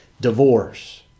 divorce